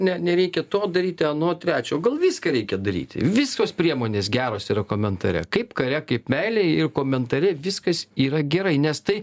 ne nereikia to daryti ano trečio o gal viską reikia daryti visos priemonės geros yra komentare kaip kare kaip meilėj ir komentare viskas yra gerai nes tai